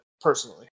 personally